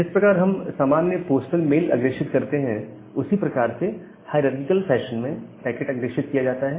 जिस प्रकार हम सामान्य पोस्टल मेल अग्रेषित करते हैं उसी प्रकार से हायरारकीकल फैशन में पैकेट अग्रेषित किया जाता है